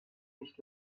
nicht